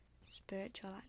spiritual